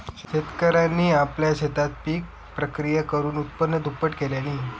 शेतकऱ्यांनी आपल्या शेतात पिक प्रक्रिया करुन उत्पन्न दुप्पट केल्यांनी